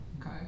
Okay